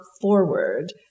forward